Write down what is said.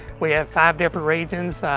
we have five different regions.